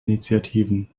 initiativen